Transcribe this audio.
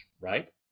right